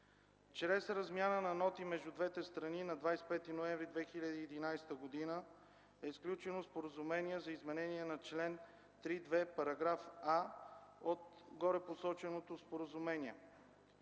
Чрез размяна на ноти между двете страни, на 25 ноември 2011 г. е сключено Споразумение за изменение на чл. 3.2, параграф „а” от горепосоченото споразумение.